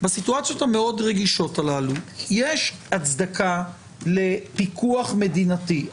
בסיטואציות המאוד רגישות הללו יש הצדקה לפיקוח מדינתי.